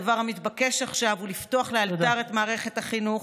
הדבר המתבקש עכשיו הוא לפתוח לאלתר את מערכת החינוך,